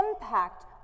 impact